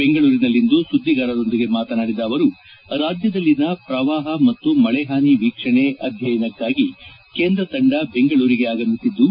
ಬೆಂಗಳೂರಿನಲ್ಲಿಂದು ಸುದ್ಗಿಗಾರರೊಂದಿಗೆ ಮಾತನಾಡಿದ ಅವರು ರಾಜ್ಯದಲ್ಲಿನ ಪ್ರವಾಪ ಮತ್ತು ಮಳೆ ಹಾನಿ ವೀಕ್ಷಣೆ ಅಧ್ಯಯನಕ್ಕಾಗಿ ಕೇಂದ್ರ ತಂಡ ಬೆಂಗಳೂರಿಗೆ ಆಗಮಿಸಿದ್ದು